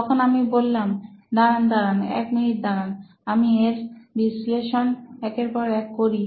তখন আমি বললাম দাঁড়ান দাঁড়ান 1 মিনিট দাঁড়ান আমরা এর বিশ্লেষণ একের পর এক করি